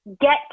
get